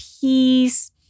peace